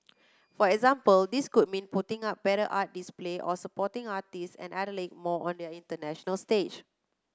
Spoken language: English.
for example this could mean putting up better art display or supporting artists and athletes more on the international stage